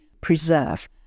preserve